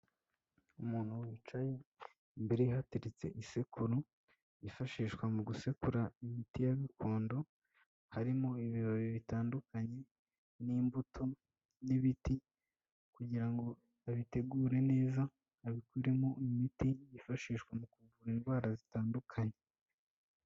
Umuntu wicaye; imbere ye hateretse isekuru yifashishwa mu gusekura imiti ya gakondo, harimo ibibabi bitandukanye, n'imbuto, n'ibiti; kugira ngo babitegure neza babikuremo imiti yifashishwa mu kuvura indwara zitandukanye.